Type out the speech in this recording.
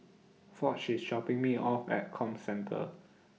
Foch IS dropping Me off At Comcentre